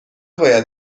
باید